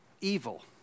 evil